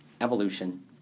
Evolution